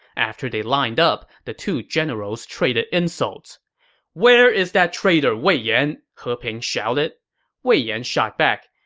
after they lined up, the two generals traded insults where is that traitor wei yan! he ping shouted wei yan shot back,